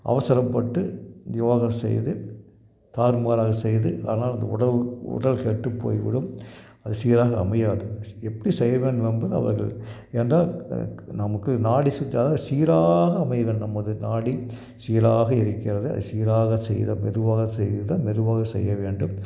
அவரசரப்பட்டு யோகா செய்து தாறுமாறாக செய்து அதனால் அந்த உடவு உடல் கெட்டு போய்விடும் பசியாக அமையாது எப்படி செய்னுன்னு என்பது அவர்கள் என்றால் நமக்கு நாடி சுற்றி அதாவது சீராக அமைய வேண்டும் நமது நாடி சீராக இருக்கிறது அது சீராக செய்த மெதுவாக செய்து தான் மெதுவாக செய்ய வேண்டும்